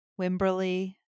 Wimberley